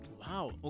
wow